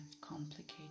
complicated